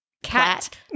Cat